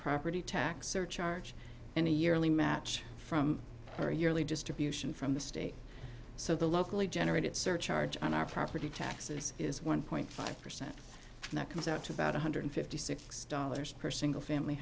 property tax surcharge and a yearly match from our yearly distribution from the state so the locally generated surcharge on our property taxes is one point five percent and that comes out to about one hundred fifty six dollars per single family